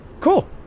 cool